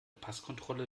passkontrolle